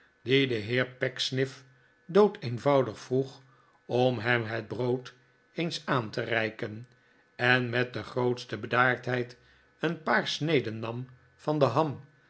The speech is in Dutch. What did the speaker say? die den heer pecksniff doodeenvoudig vroeg om hem het brood eens aan te reiken en met de grootste bedaardfieid een paar sneden nam van de ham